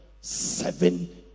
seven